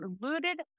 looted